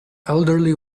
elderly